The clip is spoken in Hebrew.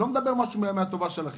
אני לא מדבר על הטובה שלכם.